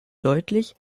deutlich